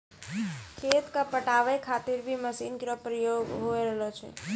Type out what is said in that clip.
खेत क पटावै खातिर भी मसीन केरो प्रयोग होय रहलो छै